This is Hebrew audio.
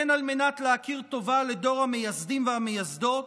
הן על מנת להכיר טובה לדור המייסדים והמייסדות